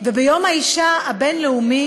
ביום האישה הבין-לאומי